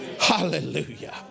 Hallelujah